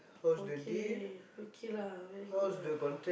okay okay lah very good lah